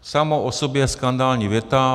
Samo o sobě skandální věta.